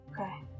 Okay